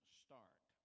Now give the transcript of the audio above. start